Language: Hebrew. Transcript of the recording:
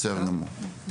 בסדר גמור.